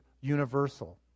universal